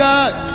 God